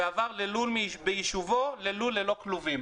ועבר ללול ביישובו ללול ללא כלובים.